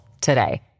today